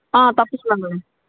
తప్పిస్తాను madam